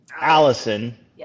Allison